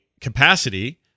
capacity